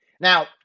Now